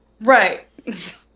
Right